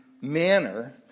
manner